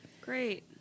great